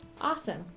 Awesome